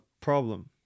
problem